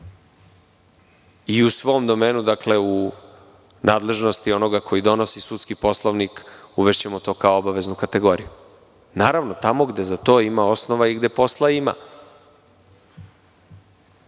i u svom domenu u nadležnosti onoga ko donosi Sudski Poslovnik, uvešćemo to kao obaveznu kategoriju naravno tamo gde za to ima osnova i gde posla